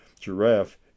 giraffe